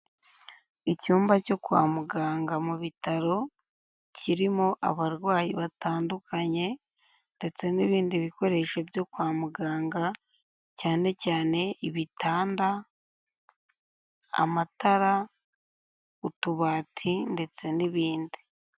Icyumba cyo kwa muganga mu bitaro, kirimo abarwayi batandukanye ndetse n'ibindi bikoresho byo kwa muganga cyane cyane ibitanda, amatara, utubati ndetse n'ibindi.